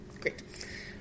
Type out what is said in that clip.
great